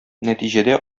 нәтиҗәдә